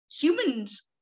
humans